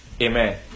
Amen